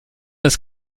das